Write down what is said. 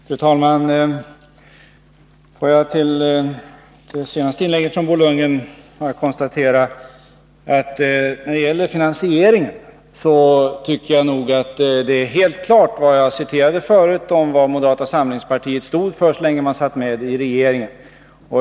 Fru talman! Med anledning av Bo Lundgrens senaste inlägg vill jag beträffande finansieringen bara konstatera att det är helt klart vad moderata samlingspartiet stod för så länge man satt med i regeringen.